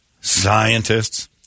scientists